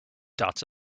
dots